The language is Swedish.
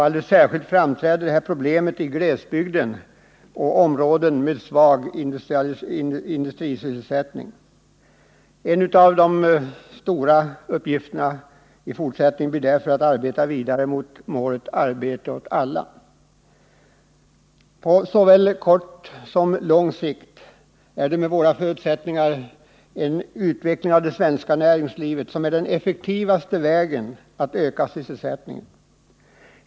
Alldeles särskilt framträder dessa problem i glesbygden och i områden med svag industrisysselsättning. En av de stora uppgifterna även i fortsättningen blir därför att sträva mot målet: arbete åt alla. På såväl kort som lång sikt är — med utgångspunkt från våra förutsättningar — en utveckling av det svenska näringslivet det effektivaste sättet att öka sysselsättningen.